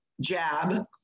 jab